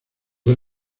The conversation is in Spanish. del